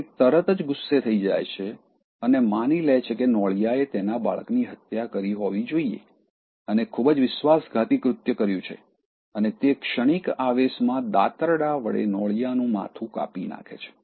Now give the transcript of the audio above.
તેણી તરત જ ગુસ્સે થઈ જાય છે અને માની લે છે કે નોળિયાએ તેના બાળકની હત્યા કરી હોવી જોઈએ અને ખૂબ જ વિશ્વાસઘાતી કૃત્ય કર્યું છે અને તે ક્ષણિક આવેશમાં દાતરડા વડે નોળિયાનું માથું કાપી નાખે છે